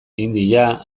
hindia